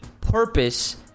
purpose